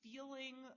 Feeling